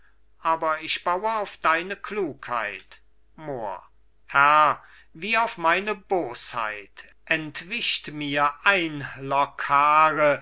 aber ich baue auf deine klugheit mohr herr wie auf meine bosheit entwischt mir ein